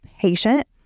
patient